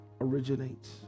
originates